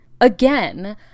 Again